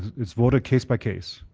it's voted case by case.